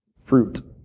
Fruit